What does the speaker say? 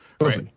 Right